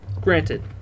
Granted